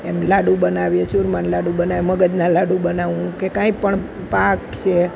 એમ લાડુ બનાવીએ ચૂરમાના લાડુ બનાવીએ મગજના લાડુ બનાવું કે કાંઇપણ પાક છે